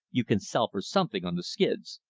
you can sell for something on the skids.